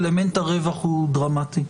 אלמנט הרווח הוא דרמטי.